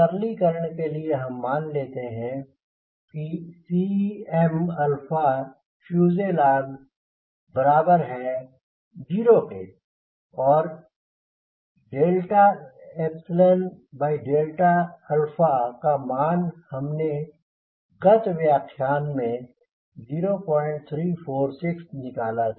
सरलीकरण के लिए हम मान लेते हैं कि Cmfuselageबराबर है 0 के और का मान हमने गत व्याख्यान में 0346 निकाला था